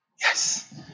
yes